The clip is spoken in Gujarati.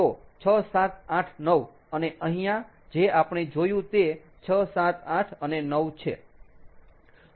તો 6 7 8 9 અને અહીંયા જે આપણે જોયું તે 6 7 8 અને 9 છે